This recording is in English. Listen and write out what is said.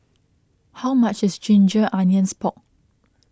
how much is Ginger Onions Pork